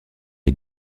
est